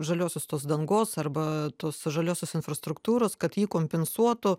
žaliosios tos dangos arba tos žaliosios infrastruktūros kad ji kompensuotų